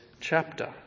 chapter